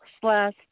slash